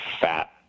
fat